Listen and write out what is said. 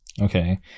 Okay